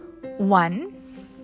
One